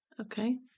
Okay